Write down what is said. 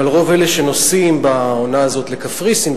אבל רוב אלה שנוסעים בעונה הזאת לקפריסין,